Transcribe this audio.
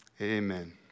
Amen